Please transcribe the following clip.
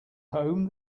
home